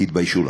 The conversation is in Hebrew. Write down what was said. תתביישו לכם.